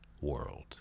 world